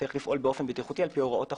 צריך לפעול באופן בטיחותי לפי הוראות החוק.